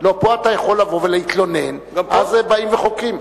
לא, פה אתה יכול לבוא ולהתלונן, אז באים וחוקרים.